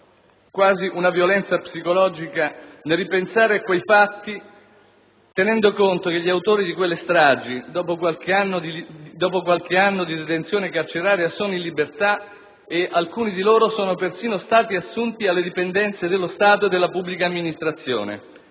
quasi una violenza psicologica nel ripensare a quei fatti tenendo conto che gli autori di quelle stragi, dopo qualche anno di detenzione carceraria, sono in libertà ed alcuni di loro sono persino stati assunti alle dipendenze dello Stato e della pubblica amministrazione.